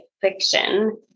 fiction